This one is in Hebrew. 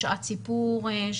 שעת סיפור,